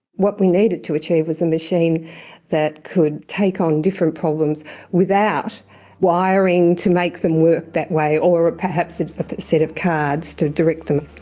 what we needed to achieve was a machine that could take on different problems without wiring to make them work that way or perhaps a set of cards to direct them.